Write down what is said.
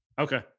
Okay